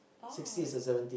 oh